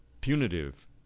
punitive